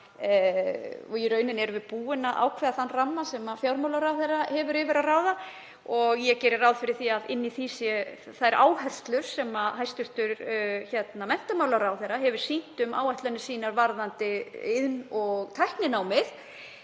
og í rauninni erum við búin að ákveða þann ramma sem fjármálaráðherra hefur yfir að ráða. Ég geri ráð fyrir því að inni í því séu þær áherslur sem hæstv. menntamálaráðherra hefur sýnt um áætlanir sínar varðandi iðn- og tækninámið.